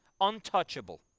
Untouchable